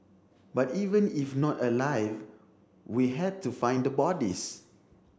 but even if not alive we had to find the bodies